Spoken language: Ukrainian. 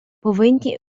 повинні